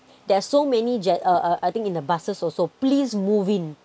there are so many gesture uh uh I think in the buses also please move in